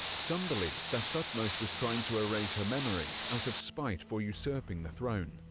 some believe that thutmose was trying to erase her memory out of spite for usurping the throne.